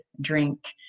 drink